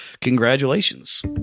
Congratulations